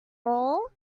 all